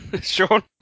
sean